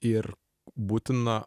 ir būtina